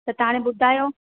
त तव्हां हाणे ॿुधायो